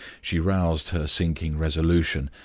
she roused her sinking resolution,